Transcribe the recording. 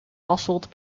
hasselt